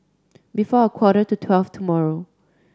before a quarter to twelve tomorrow